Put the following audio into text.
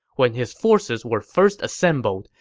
when his forces were first assembled,